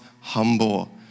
humble